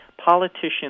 politicians